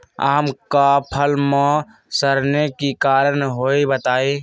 आम क फल म सरने कि कारण हई बताई?